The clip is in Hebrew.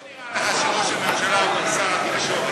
איך נראה לך שראש הממשלה הוא גם שר התקשורת?